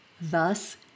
Thus